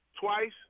Twice